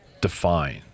define